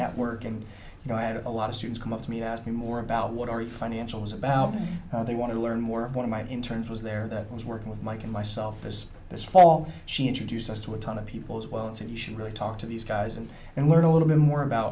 networking you know i had a lot of students come up to me to ask me more about what are the financials about how they want to learn more one of my interns was there that was working with mike and myself this this fall she introduced us to a ton of people as well and said you should really talk to these guys and and learn a little bit more about